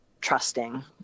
trusting